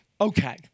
okay